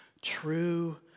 true